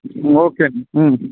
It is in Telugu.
ఓకే అండి